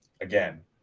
again